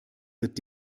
wird